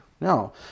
No